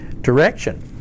direction